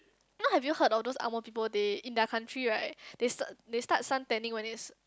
now have you heard of those angmoh people they in their country right they s~ they start sun tanning when it's